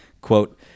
Quote